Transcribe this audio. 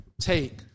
take